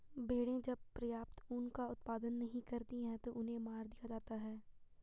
भेड़ें जब पर्याप्त ऊन का उत्पादन नहीं करती हैं तो उन्हें मार दिया जाता है